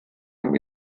dem